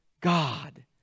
God